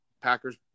Packers